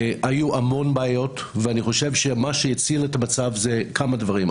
היו המון בעיות ואני חושב שמה שהציל את המצב זה כמה דברים,